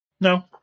No